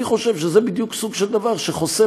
אני חושב שזה בדיוק סוג של דבר שחוסה